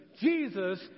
Jesus